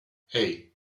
hey